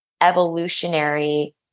evolutionary